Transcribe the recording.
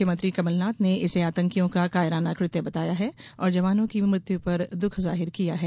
मुख्यमंत्री कमलनाथ ने इसे आतंकियों का कायराना कृत्य बताया है और जवानों की मृत्यु पर दुख जाहिर किया है